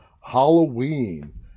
Halloween